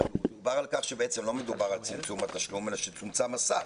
הרי דובר על כך שבעצם לא מדובר על צמצום התשלום אלא שצומצם הסל.